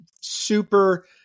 super